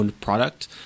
product